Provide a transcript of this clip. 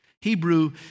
Hebrew